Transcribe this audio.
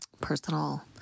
personal